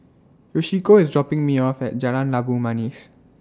Yoshiko IS dropping Me off At Jalan Labu Manis